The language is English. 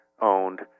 owned